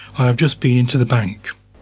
i have just been into the bank.